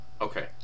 Okay